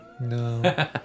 No